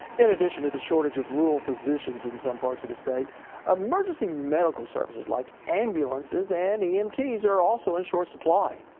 in addition to the shortage of rural physicians, in some parts of the state emergency medical services like ambulances and emts are also in short supply.